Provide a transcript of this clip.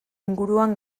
inguruan